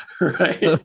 right